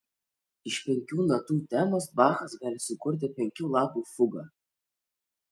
iš penkių natų temos bachas gali sukurti penkių lapų fugą